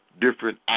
different